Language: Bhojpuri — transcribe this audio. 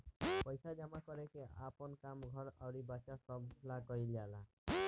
पइसा जमा कर के आपन काम, घर अउर बच्चा सभ ला कइल जाला